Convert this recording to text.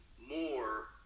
more